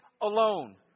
alone